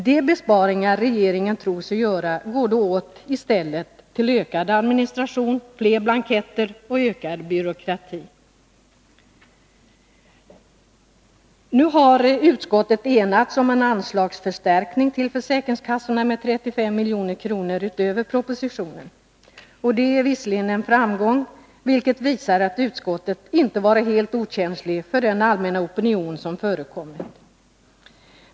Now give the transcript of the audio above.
De besparingar regeringen tror sig göra går då i stället till ökad administration, fler blanketter och ökad byråkrati. Nu har utskottet enats om en anslagsförstärkning till försäkringskassorna med 35 milj.kr. utöver propositionen. Det är visserligen en framgång, vilket visar att utskottet inte varit okänsligt för den allmänna opinion som förekommit.